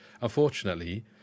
Unfortunately